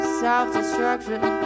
self-destruction